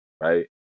right